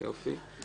שלום לכולם.